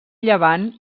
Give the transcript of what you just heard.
llevant